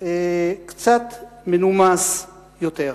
מנומס יותר.